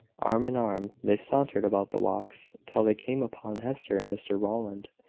arm-in-arm they sauntered about the walks, till they came upon hester and mr rowland,